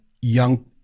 young